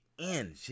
end